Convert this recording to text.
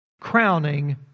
crowning